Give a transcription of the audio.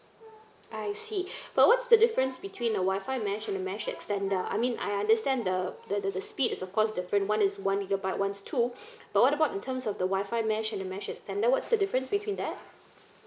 I see but what's the difference between a Wi-Fi mesh and the mesh extender I mean I understand the the the speed is of course different one is one gigabyte one is two but what about in terms of the Wi-Fi mesh and the mesh extender what's the difference between that